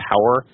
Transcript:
power